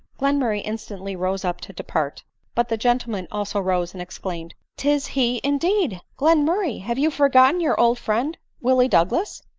glenmurray instantly rose up to depart but the gen tleman also rose and exclaimed, tis he indeed! glen murray, have you forgotten your old friend willie douglas?